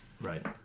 Right